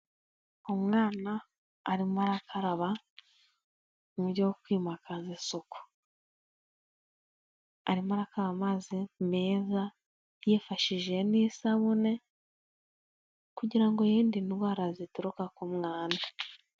Umwana arimo arakaraba mu buryo bwo kwimakaza isuku. Arimo arakaraba amazi meza yifashishije n'isabune kugira ngo yirinde indwara zituruka ku mwanda.